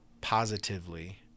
positively